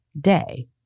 day